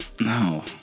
No